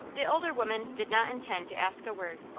the older woman did not intend to ask a word,